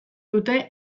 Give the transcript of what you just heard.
dute